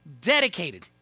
dedicated